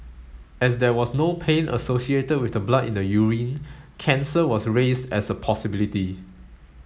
as there was no pain associated with the blood in the urine cancer was raised as a possibility